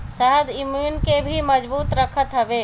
शहद इम्यून के भी मजबूत रखत हवे